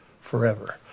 forever